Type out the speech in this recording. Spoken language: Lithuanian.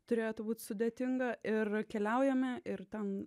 turėtų būti sudėtinga ir keliaujame ir ten